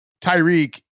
Tyreek